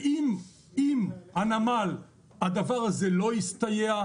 ואם הדבר הזה לא יסתייע,